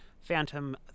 Phantom